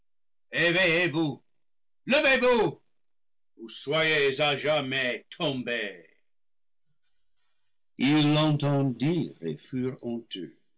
ou soyez à jamais tombés ils l'entendirent et furent honteux